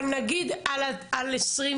אבל נגיד על 2024,